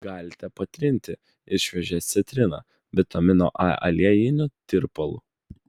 galite patrinti ir šviežia citrina vitamino a aliejiniu tirpalu